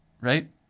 right